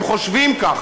הם חושבים כך,